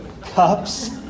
cups